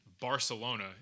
Barcelona